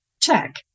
check